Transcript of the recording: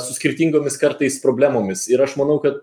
su skirtingomis kartais problemomis ir aš manau kad